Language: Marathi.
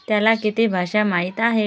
त्याला किती भाषा माहीत आहेत